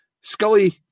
scully